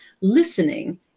listening